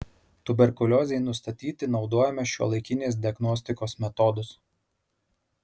tuberkuliozei nustatyti naudojame šiuolaikinės diagnostikos metodus